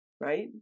right